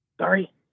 Sorry